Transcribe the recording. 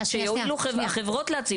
שיועילו החברות להציב את המבנים האלה.